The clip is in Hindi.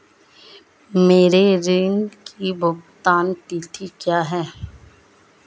मेरे ऋण की भुगतान तिथि क्या है?